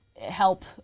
help